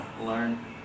learn